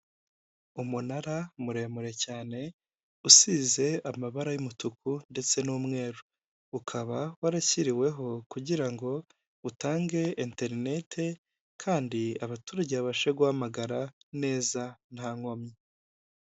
Umunara muremure cyane usize amabara y'umutuku ndetse n'umweru, ukaba warashyiriweho kugira ngo utange interineti kandi abaturage babashe guhamagara neza nta nkomyi.